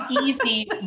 easy